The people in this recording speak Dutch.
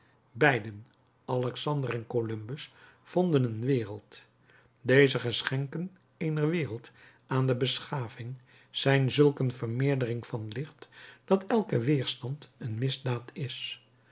beiden alexander en columbus vonden een wereld deze geschenken eener wereld aan de beschaving zijn zulk een vermeerdering van licht dat elke weerstand een misdaad is